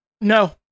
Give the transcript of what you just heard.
No